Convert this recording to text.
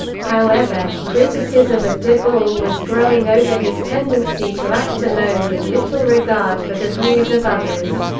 however, criticism of de gaulle was growing over his tendency to act alone with little regard for the views of others.